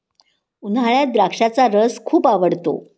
उन्हाळ्यात द्राक्षाचा रस खूप आवडतो